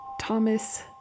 Thomas